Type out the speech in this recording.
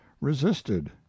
resisted